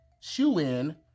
shoe-in